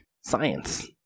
Science